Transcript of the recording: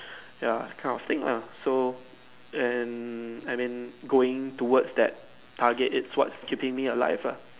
ya this kind of thing lah so and I mean going towards that target is what's keeping me alive lah